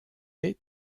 est